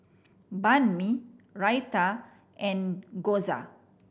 Banh Mi Raita and Gyoza